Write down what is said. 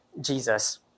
Jesus